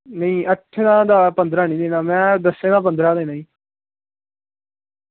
नेईं अट्ठें दा पंदरां निं देना दस्सें दा पंदरां देना ई